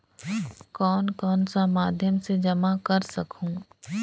कौन कौन सा माध्यम से जमा कर सखहू?